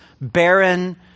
barren